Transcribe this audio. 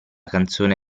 canzone